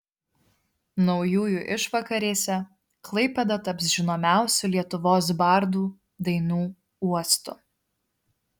naujųjų išvakarėse klaipėda taps žinomiausių lietuvos bardų dainų uostu